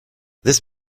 this